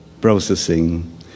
processing